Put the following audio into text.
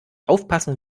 aufpassen